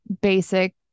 basic